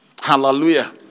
Hallelujah